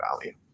value